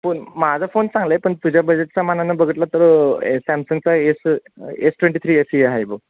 phone माझा phone चांगला आहे पण तुझ्या बजेटचा मानानं बघितलं तर सॅमसंगचा S S twenty three F E आहे बो